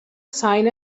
sign